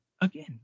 again